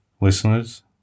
listeners